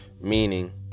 meaning